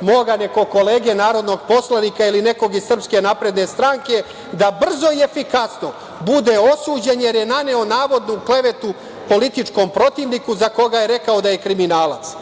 moga nekog kolege narodnog poslanika ili nekog iz Srpske napredne stranke, da brzo i efikasno bude osuđen jer je naneo navodnu klevetu političkom protivniku za koga je rekao da je kriminalac.